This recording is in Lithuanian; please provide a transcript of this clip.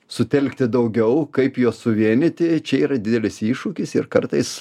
sutelkti daugiau kaip juos suvienyti čia yra didelis iššūkis ir kartais